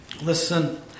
Listen